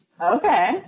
Okay